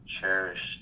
cherished